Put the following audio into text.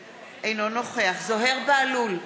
אינו נוכח יעקב אשר, אינו נוכח זוהיר בהלול,